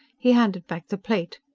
he handed back the plate.